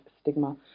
stigma